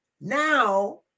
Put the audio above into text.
now